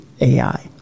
AI